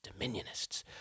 dominionists